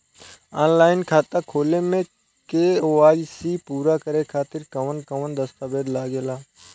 Online खाता खोले में के.वाइ.सी पूरा करे खातिर कवन कवन दस्तावेज लागे ला?